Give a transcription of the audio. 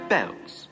Bells